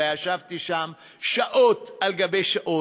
וישבתי שם שעות על גבי שעות,